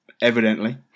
Evidently